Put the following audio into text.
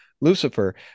Lucifer